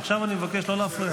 עכשיו אני מבקש לא להפריע.